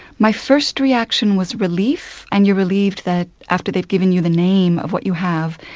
my first reaction was relief, and you're relieved that after they've given you the name of what you have,